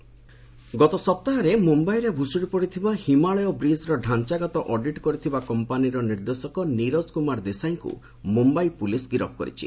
Mumbai bridge arrest ଗତ ସପ୍ତାହରେ ମୁମ୍ୟାଇରେ ଭୁଶୁଡ଼ି ପଡ଼ିଥିବା ହିମାଳୟ ବ୍ରିଜ୍ର ଢାଞ୍ଚାଗତ ଅଡିଟ୍ କରିଥିବା କମ୍ପାନିର ନିର୍ଦ୍ଦେଶକ ନିରଜ କୁମାର ଦେଶାଇଙ୍କୁ ମୁମ୍ବାଇ ପୁଲିସ୍ ଗିରଫ କରିଛି